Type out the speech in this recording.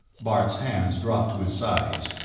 bart's hands dropped to his sides,